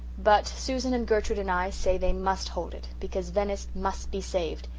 but susan and gertrude and i say they must hold it, because venice must be saved,